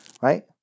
right